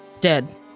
dead